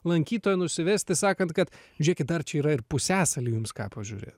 lankytojo nusivesti sakant kad žiūrėkit dar čia yra ir pusiasaliui jums ką pažiūrėt